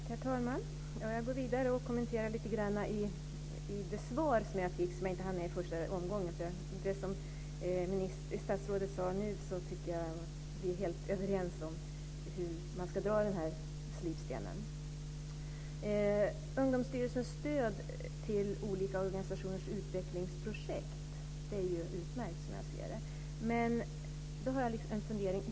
Herr talman! Jag går vidare med att kommentera det svar som jag fick; det var en del som jag inte hann med i första omgången. I och med det som statsrådet sade nu tycker jag att vi är helt överens om hur man ska dra den här slipstenen. Ungdomsstyrelsens stöd till olika organisationers utvecklingsprojekt är utmärkt, som jag ser det, men jag har en fundering.